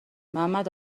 ممد